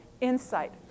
insight